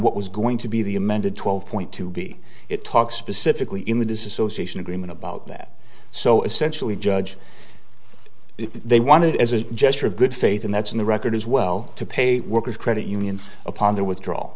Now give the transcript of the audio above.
what was going to be the amended twelve point two b it talks specifically in the dissociation agreement about that so essentially judge if they wanted as a gesture of good faith and that's in the record as well to pay workers credit union upon their withdraw